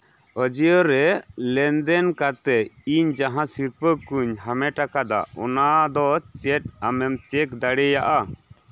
ᱵᱷᱟᱹᱡᱽᱭᱟᱹ ᱨᱮ ᱞᱮᱱᱫᱮᱱ ᱠᱟᱛᱮᱫ ᱤᱧ ᱡᱟᱸᱦᱟ ᱥᱤᱨᱯᱟᱹ ᱠᱚᱧ ᱦᱟᱢᱮᱴ ᱟᱠᱟᱫᱟ ᱚᱱᱟ ᱫᱚ ᱪᱮᱫ ᱟᱢᱮᱢ ᱪᱮᱹᱠ ᱫᱟᱲᱮᱭᱟᱜᱼᱟ